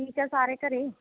ਠੀਕ ਹੈ ਸਾਰੇ ਘਰ